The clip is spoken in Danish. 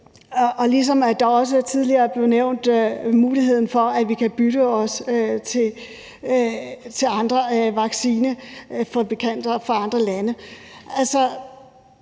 ligesom der også tidligere blev nævnt muligheden for, at vi kan bytte os til vacciner fra andre